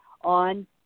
on